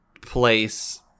place